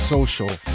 Social